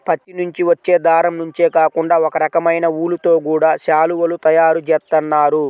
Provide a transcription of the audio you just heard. పత్తి నుంచి వచ్చే దారం నుంచే కాకుండా ఒకరకమైన ఊలుతో గూడా శాలువాలు తయారు జేత్తన్నారు